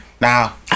Now